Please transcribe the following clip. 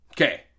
Okay